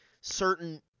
certain